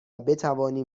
بتوانیم